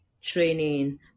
training